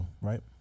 right